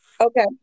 Okay